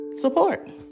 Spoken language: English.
support